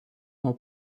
nuo